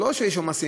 לא שיש עומס,